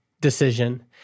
decision